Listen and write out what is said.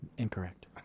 Incorrect